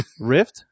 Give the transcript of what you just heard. Rift